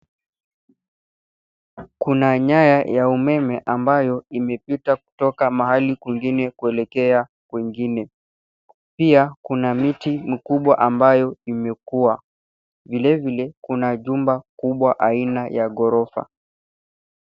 Kuna nyaya ya umeme ambayo imepita kutoka mahali kuingine kuelekea kuingine, pia kuna mti mkubwa ambayo imekuwa, vile vile kuna jumba kubwa aina ya gorofa.